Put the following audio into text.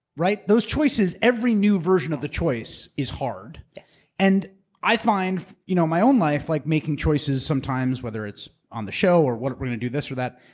right? those choices, every new version of the choice is hard. and i find, you know my own life, like making choices sometimes whether it's on the show or what we're gonna do this or that,